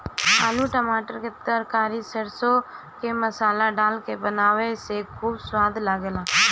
आलू टमाटर के तरकारी सरसों के मसाला डाल के बनावे से खूब सवाद लागेला